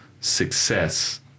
success